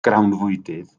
grawnfwydydd